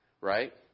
right